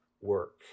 work